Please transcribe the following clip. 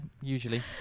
usually